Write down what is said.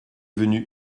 venu